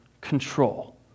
control